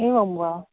एवं वा